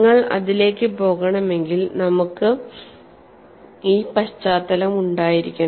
നിങ്ങൾ അതിലേക്ക് പോകണമെങ്കിൽ നമുക്ക് ഈ പശ്ചാത്തലം ഉണ്ടായിരിക്കണം